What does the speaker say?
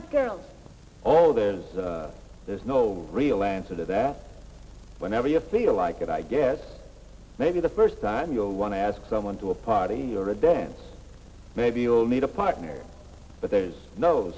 with girls all the there's no real answer to that whenever you feel like it i guess maybe the first time you'll want to ask someone to a party or a dance maybe you'll need a partner but there's no